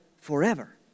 forever